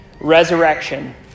resurrection